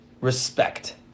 respect